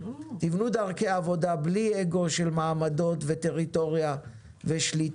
תיבנו דרכי עבודה בלי אגו של מעמדות וטריטוריה ושליטה.